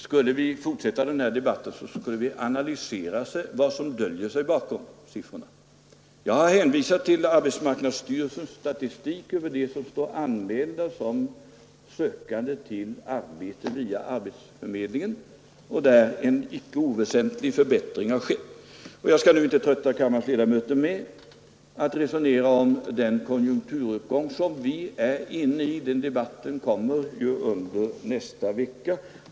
Skulle vi fortsätta denna debatt borde vi analysera vad som döljer sig bakom siffrorna. Jag har hänvisat till arbetsmarknadsstyrelsens statistik över dem som står anmälda som sökande till arbete via arbetsförmedlingarna, och beträffande dem har en icke oväsentlig förbättring ägt rum. Jag skall inte trötta kammarens ledamöter med att resonera om den konjunkturuppgång som vi är inne i — den debatten kommer nästa vecka.